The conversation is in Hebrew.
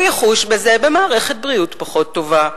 הוא יחוש בזה במערכת חינוך פחות טובה,